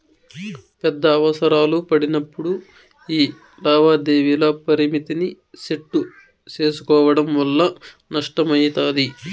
పెద్ద అవసరాలు పడినప్పుడు యీ లావాదేవీల పరిమితిని సెట్టు సేసుకోవడం వల్ల నష్టమయితది